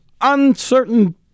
uncertain